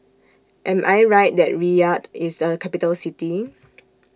Am I Right that Riyadh IS A Capital City